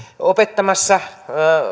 opettamassa